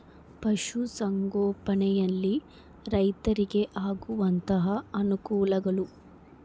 ಪಶುಸಂಗೋಪನೆಯಲ್ಲಿ ರೈತರಿಗೆ ಆಗುವಂತಹ ಅನುಕೂಲಗಳು?